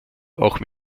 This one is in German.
auch